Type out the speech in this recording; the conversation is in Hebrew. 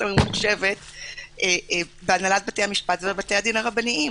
הממוחשבת בהנהלת בתי המשפט ובתי הדין הרבניים,